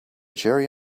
cherry